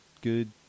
good